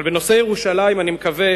אבל בנושא ירושלים אני מקווה